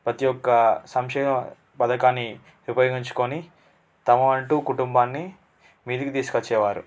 ప్రతి ఒక్క సంక్షేమ పథకాన్ని ఉపయోగించుకొని తమ అంటూ కుటుంబాన్ని మీదికి తీసుకొచ్చేవారు